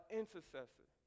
intercessor